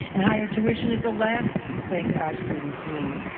and higher tuition is the last thing our students need.